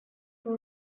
who